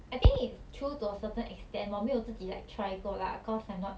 I think it's true to a certain extent 我没有自己 like try 过 lah cause I'm not